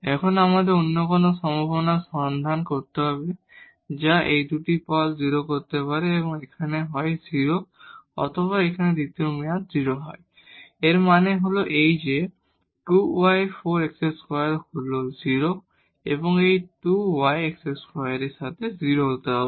এখন আমাদের অন্য কোন সম্ভাবনার সন্ধান করতে হবে যা এই দুটি টার্ম 0 করতে পারে তাই এখানে x হয় 0 অথবা এখানে দ্বিতীয় মেয়াদ 0 হয় এর মানে হল যে 2 y 4 x2 হল 0 এবং এই 2 y x2 এর সাথে 0 হতে হবে